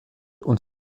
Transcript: und